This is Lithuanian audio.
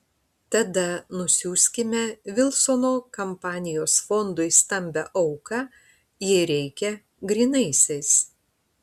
tada nusiųskime vilsono kampanijos fondui stambią auką jei reikia grynaisiais